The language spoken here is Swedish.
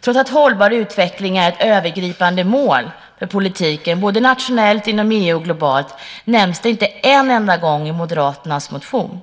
Trots att hållbar utveckling är ett övergripande mål för politiken, nationellt, inom EU och globalt, nämns det inte en enda gång i Moderaternas motion.